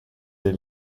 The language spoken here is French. des